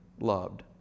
loved